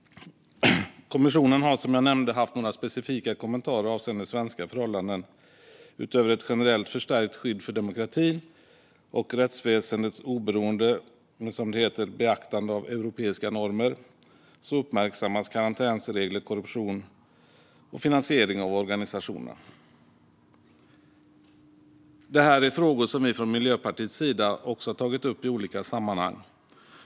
Kommissionen har som jag nämnde haft några specifika kommentarer avseende svenska förhållanden. Utöver ett generellt förstärkt skydd för demokratin och rättsväsendets oberoende - med, som det heter, "beaktande av europeiska normer" - uppmärksammas karantänsregler, korruption och finansiering av organisationer. Detta är frågor som vi från Miljöpartiets sida också tagit upp i olika sammanhang.